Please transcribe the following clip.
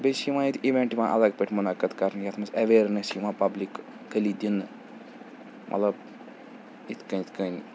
بیٚیہِ چھِ یِوان ییٚتہِ اِوٮ۪نٛٹ یِوان اَلَگ پٲٹھۍ مُنعقد کَرنہٕ یَتھ منٛز اٮ۪ویرنیٚس یِوان پَبلِکلی دِنہٕ مطلب یِتھ کٔنۍ یِتھ کٔنۍ